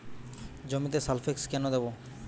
জমিতে সালফেক্স কেন দেবো?